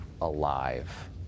alive